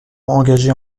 engagé